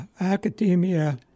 academia